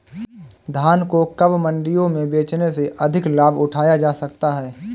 धान को कब मंडियों में बेचने से अधिक लाभ उठाया जा सकता है?